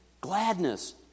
Gladness